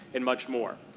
and much more.